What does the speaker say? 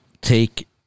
take